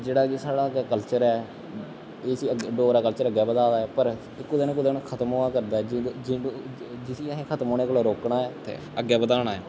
जेह्ड़ा कि साढ़ा अग्गें कल्चर ऐ एह् इस्सी अग डोगरा कल्चर अग्गें बधा दा ऐ पर एह् कुदै ना कुदै खत्म होआ दा ऐ जिस्सी असें खतम होने कोला रोक्कना ऐ ते अग्गें बधाना ऐ